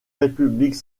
république